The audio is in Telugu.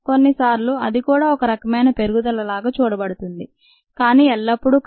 కొన్నిసార్లు అది కూడా ఒక రకమైన పెరుగుదలగా చూడబడుతుంది కానీ ఎల్లప్పుడూ కాదు